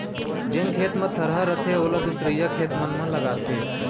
जेन खेत म थरहा रथे ओला दूसरइया खेत मन म लगाथें